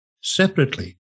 separately